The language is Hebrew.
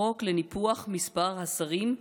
חוק לניפוח מספר השרים,